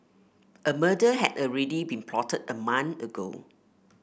a murder had already been plotted a month ago